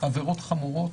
עברות חמורות,